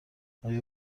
آیا